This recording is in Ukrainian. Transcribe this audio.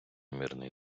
мирний